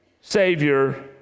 Savior